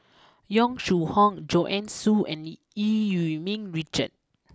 Yong Shu Hoong Joanne Soo and Eu Yee Ming Richard